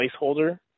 placeholder